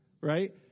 right